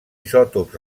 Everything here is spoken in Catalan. isòtops